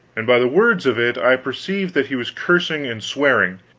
and by the words of it i perceived that he was cursing and swearing